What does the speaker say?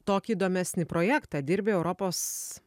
tokį įdomesnį projektą dirbi europos